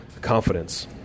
confidence